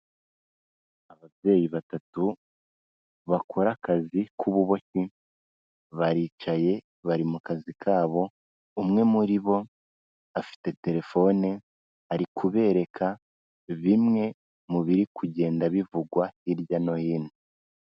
Ababyeyi batatu bakora akazi k'ububoshyi, baricaye bari mu kazi kabo, umwe muri bo afite terefone, ari kubereka bimwe mu biri kugenda bivugwa hirya no hino.